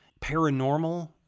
Paranormal